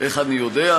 איך אני יודע?